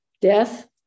Death